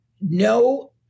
no